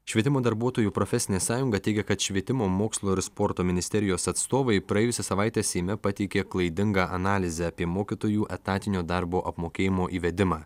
švietimo darbuotojų profesinė sąjunga teigia kad švietimo mokslo ir sporto ministerijos atstovai praėjusią savaitę seime pateikė klaidingą analizę apie mokytojų etatinio darbo apmokėjimo įvedimą